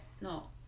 no